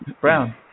Brown